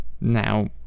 now